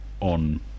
on